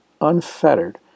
unfettered